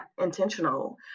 intentional